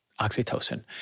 oxytocin